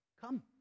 Come